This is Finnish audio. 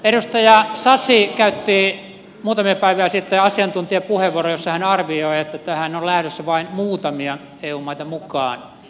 edustaja sasi käytti muutamia päiviä sitten asiantuntijapuheenvuoron jossa hän arvioi että tähän on lähdössä vain muutamia eu maita mukaan